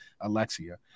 Alexia